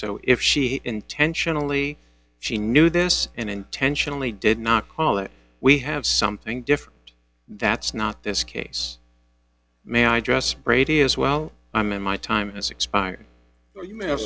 so if she intentionally she knew this and intentionally did not call it we have something different that's not this case may i address brady as well i'm in my time has expired so you may have